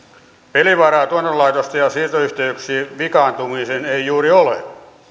pelivaraa tuotantolaitosten ja siirtoyhteyksien vikaantumiseen ei juuri ole